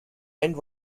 and